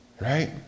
right